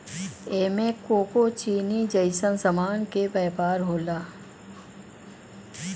एमे कोको चीनी जइसन सामान के व्यापार होला